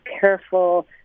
careful